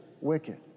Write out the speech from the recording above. wicked